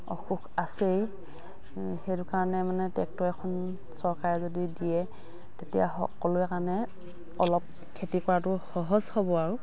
অসুখ আছেই সেইটো কাৰণে মানে ট্ৰেক্টৰ এখন চৰকাৰে যদি দিয়ে তেতিয়া সকলোৰে কাৰণে অলপ খেতি কৰাতো সহজ হ'ব আৰু